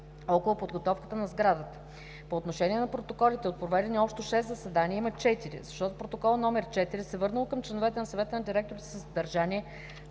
около подготовката на сградата. По отношение на протоколите от проведените общо шест заседания има четири, защото Протокол № 4 се върнал към членовете на Съвета на директорите със съдържание,